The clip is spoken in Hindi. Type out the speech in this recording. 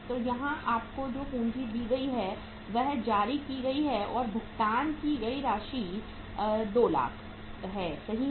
तो यहां आपको जो पूंजी दी गई है वह जारी की गई है और भुगतान की गई पूंजी 200000 है सही है